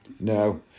No